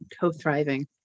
Co-thriving